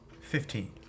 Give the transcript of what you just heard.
Fifteen